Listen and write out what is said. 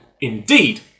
indeed